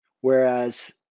whereas